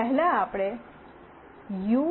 પહેલા આપણે યુ